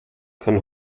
kann